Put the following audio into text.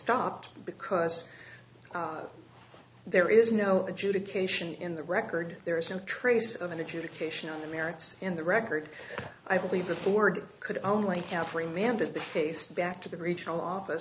stopped because there is no adjudication in the record there is no trace of an adjudication on the merits in the record i believe the board could only have remembered the case back to the regional office